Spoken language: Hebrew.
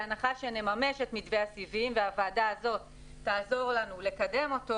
בהנחה שנממש את מתווה הסיבים והוועדה הזאת תעזור לנו לקדם אותו